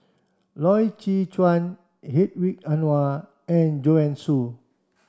Loy Chye Chuan Hedwig Anuar and Joanne Soo